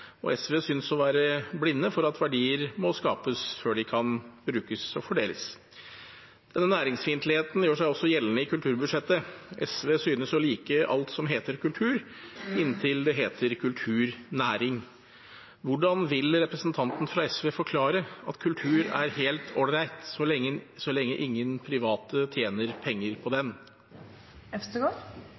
skuldre. SV synes å være blinde for at verdier må skapes før de kan brukes og fordeles. Denne næringsfiendtligheten gjør seg også gjeldende i kulturbudsjettet. SV synes å like alt som heter kultur, inntil det heter kulturnæring. Hvordan vil representanten fra SV forklare at kultur er helt ålreit så lenge ingen private tjener penger på den?